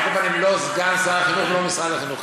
אבל על כל פנים לא סגן שר החינוך ולא משרד החינוך,